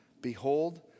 Behold